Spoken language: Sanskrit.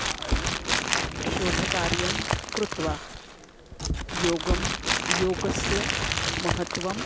शोधकार्यं कृत्वा योगं योगस्य महत्वम्